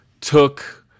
took